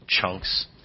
chunks